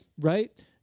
Right